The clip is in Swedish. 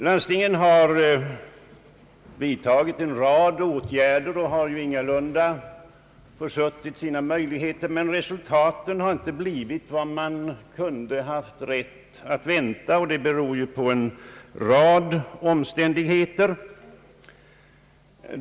Landstingen har vidtagit en rad åtgärder och har ingalunda försuttit sina möjligheter, men resultaten har inte blivit vad man kunde haft rätt att vänta. Det beror på en rad omständigheter.